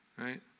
right